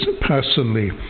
personally